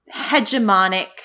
hegemonic